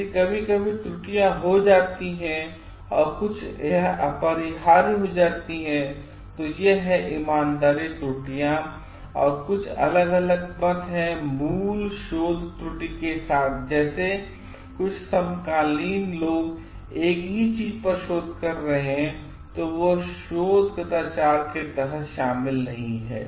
यदि कभी कभी त्रुटियां हो जाती हैं और कुछ यह अपरिहार्य हो जाती हैं तो यह है कि ईमानदार त्रुटियां हैं और कुछअलग अलगमत हैं मूल शोध त्रुटि के साथ जैसे कुछ अन्य समकालीन लोग एक ही चीज पर शोध कर रहे हैं तो वे शोध कदाचार के तहत शामिल नहीं हैं